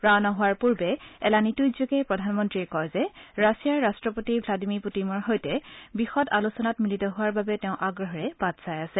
ৰাওনা হোৱাৰ পূৰ্বে এলানি টুইটযোগে প্ৰধানমন্ত্ৰীয়ে কয় যে ৰাছিয়াৰ ৰট্টপতি ভ্লাডিমী পুটিনৰ সৈতে বিশদ আলোচনাত মিলিত হোৱাৰ বাবে তেওঁ আগ্ৰহেৰে বাট চাই আছে